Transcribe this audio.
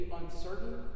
uncertain